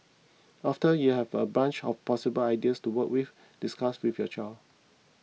after you have a bunch of possible ideas to work with discuss with your child